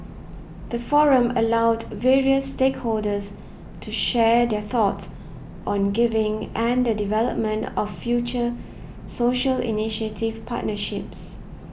the forum allowed various stakeholders to share their thoughts on giving and the development of future social initiative partnerships